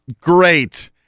great